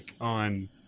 On